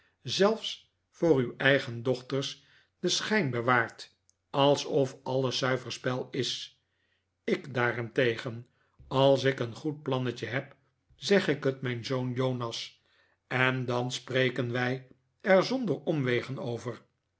zelfs voor uw eigen dochters den schijn bewaart alsof alles zuiver spel is ik daarentegen als ik een goed plannetje heb zeg het mijn zoon jonas en dan spreken wij er zonder omwegen over